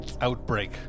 Outbreak